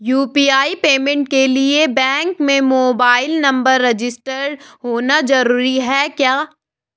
UPI payment के लिए bank में मोबाइल नंबर रजिस्टर्ड होना जरूरी है क्या?